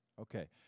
Okay